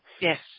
yes